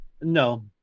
No